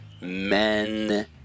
men